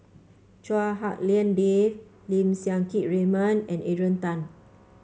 Chua Hak Lien Dave Lim Siang Keat Raymond and Adrian Tan